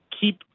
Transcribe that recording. keep